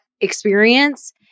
experience